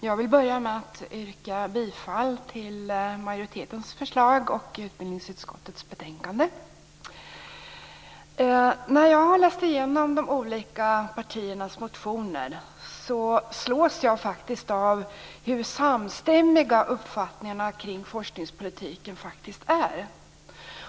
Fru talman! Först yrkar jag bifall till majoritetens förslag, till hemställan i utbildningsutskottets betänkande. Efter att ha läst igenom de olika partiernas motioner slås jag av hur samstämmiga uppfattningarna kring forskningspolitiken faktiskt är.